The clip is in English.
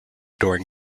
during